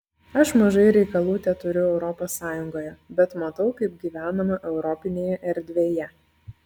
aš mažai reikalų teturiu europos sąjungoje bet matau kaip gyvenama europinėje erdvėje